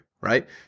right